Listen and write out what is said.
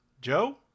Joe